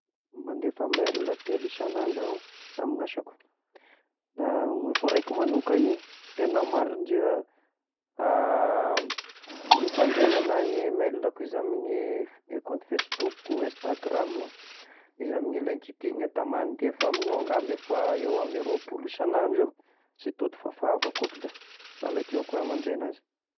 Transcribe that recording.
Mandefa mail telo isan'andro iaho amin'ny asako, voaraiko manokagny tegna marigna ndra mifandraigna ny iahy ny mail-ako izy amin'ny i compte facebookoko, instagram, izy amy ilay kitihy igny da mandefa amin'ny ao ngamba efa eo amy rôpolo isan'andro eo, zay tody fafako akoky da halako eo koa mandray agnazy.